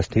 ರಸ್ತೆ